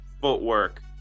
footwork